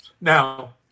Now